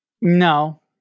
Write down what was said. No